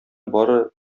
бары